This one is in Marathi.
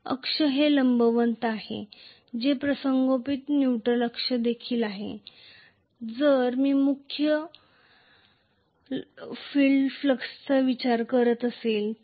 अक्ष हे लंबवत आहे जे प्रसंगोपात न्यूट्रॅल अक्ष देखील आहे जर मी फक्त मुख्य फील्ड फ्लक्सचा विचार करत असेल तर